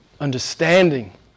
understanding